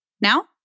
Now